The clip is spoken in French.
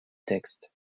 texte